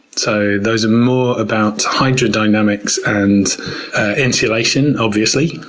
so, those are more about hydrodynamics and insulation, obviously.